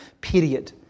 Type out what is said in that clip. period